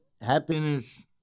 happiness